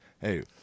Hey